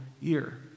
year